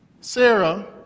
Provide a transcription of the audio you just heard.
Sarah